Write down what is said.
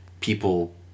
people